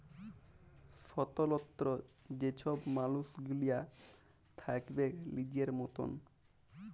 স্বতলত্র যে ছব মালুস গিলা থ্যাকবেক লিজের মতল